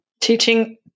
teaching